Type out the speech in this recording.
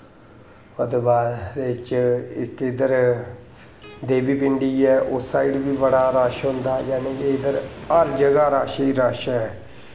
ओह्दै बाद च इक इद्धर देवी पिन्डी ऐ उस साइड़ बी बड़ा रश होंदा जानि केह् इद्धर हर जगह रश गै रश ऐ